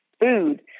food